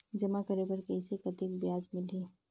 जमा करे बर कइसे कतेक ब्याज मिलही?